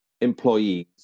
employees